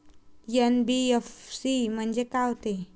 NBFC म्हणजे का होते?